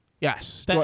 Yes